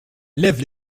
lève